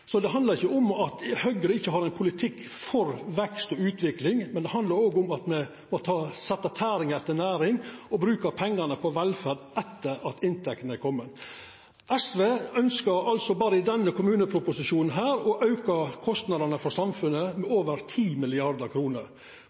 Så det handlar ikkje om at Høgre ikkje har ein politikk for vekst og utvikling, men det handlar om at me må setja tæring etter næring og bruka pengane på velferd etter at inntektene har kome. SV ønskjer berre i denne kommuneproposisjonen å auka kostnadane for samfunnet med over